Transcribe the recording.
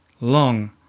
long